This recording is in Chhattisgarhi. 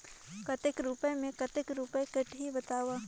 कतेक रुपिया मे कतेक रुपिया कटही बताव?